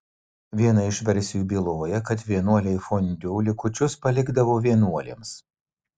viena iš versijų byloja kad vienuoliai fondiu likučius palikdavo vienuolėms